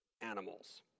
animals